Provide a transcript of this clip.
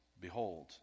behold